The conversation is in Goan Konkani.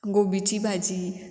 गोबीची भाजी